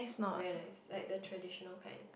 very nice like the traditional kind